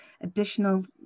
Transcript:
additional